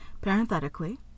parenthetically